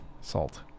salt